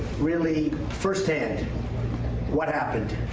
really first-hand what happened,